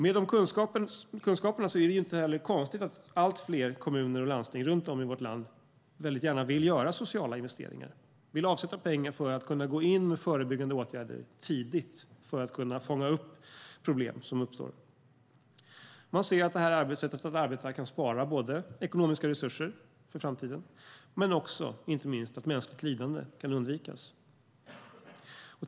Med dessa kunskaper är det inte heller konstigt att allt fler kommuner och landsting runt om i vårt land mycket gärna vill göra sociala investeringar, vill avsätta pengar för att kunna gå in med förebyggande åtgärder tidigt för att kunna fånga upp problem som uppstår. Man ser att detta sätt att arbeta kan spara både ekonomiska resurser för framtiden och, inte minst, att mänskligt lidande kan undvikas.